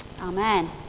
Amen